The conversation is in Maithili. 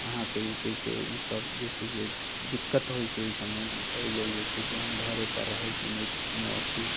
अहाँके जे छै से ईसभ जे छै से दिक्कत होइत छै एहिसभमे ओहि लेल जे छै से हम घरेपर रहैत छी नहि कोनो अथि